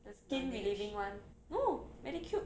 the skin relieving [one] no Medicube